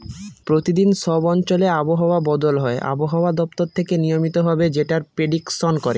প্রতিদিন সব অঞ্চলে আবহাওয়া বদল হয় আবহাওয়া দপ্তর থেকে নিয়মিত ভাবে যেটার প্রেডিকশন করে